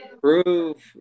prove